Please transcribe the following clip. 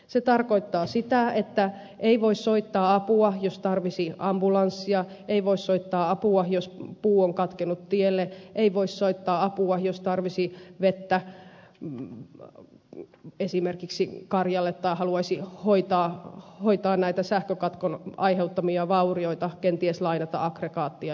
se tarkoittaa sitä että ei voi soittaa apua jos tarvitsisi ambulanssia ei voi soittaa apua jos puu on katkennut tielle ei voi soittaa apua jos tarvitsisi vettä esimerkiksi karjalle tai haluaisi hoitaa näitä sähkökatkon aiheuttamia vaurioita kenties lainata aggregaattia jostakin